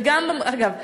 אגב,